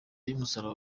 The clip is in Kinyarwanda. y’umusaraba